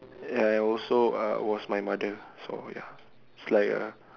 ya and also uh was my mother so ya it's like a